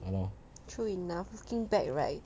true enough looking back right